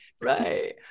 Right